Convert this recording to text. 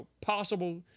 possible